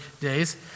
days